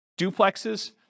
duplexes